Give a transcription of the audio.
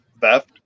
theft